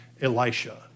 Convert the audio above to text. Elisha